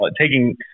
taking